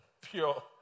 pure